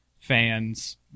fans